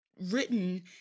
written